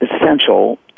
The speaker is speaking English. essential